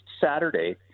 Saturday –